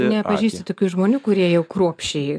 nepažįsti tokių žmonių kurie jau kruopščiai